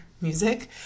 music